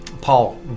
Paul